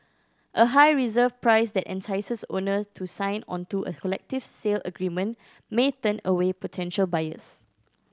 a high reserve price that entices owner to sign onto a collective sale agreement may turn away potential buyers